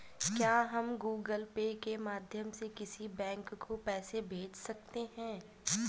क्या हम Google Pay के माध्यम से किसी बैंक को पैसे भेज सकते हैं?